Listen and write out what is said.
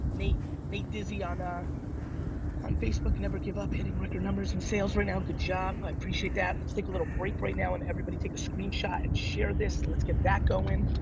nate nate dizzy on ah on facebook. never give up hitting record numbers in sales right now. good job. i appreciate that. let's take a little break right now and everybody take a screenshot and share this, let's get that going.